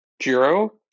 Jiro